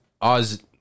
Oz